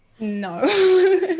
No